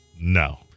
No